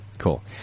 Cool